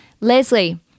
Leslie